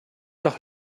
doch